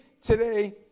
today